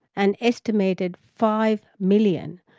an estimated five million,